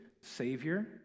Savior